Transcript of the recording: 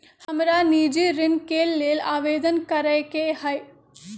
हमरा निजी ऋण के लेल आवेदन करै के हए